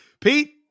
Pete